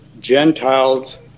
Gentiles